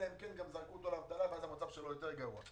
אלא אם כן גם זרקו אותו לאבטלה ואז המצב שלו יותר גרוע.